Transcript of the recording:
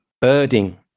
birding